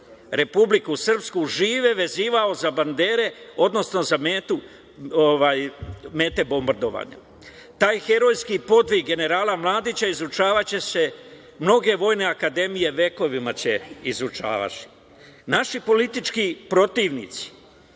Republiku Srpsku, žive vezivao za bandere, odnosno za mete bombardovanja. Taj herojski podvig generala Mladića izučavaće se, mnoge vojne akademije vekovima će izučavati. Naši politički protivnici,